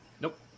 Nope